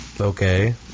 Okay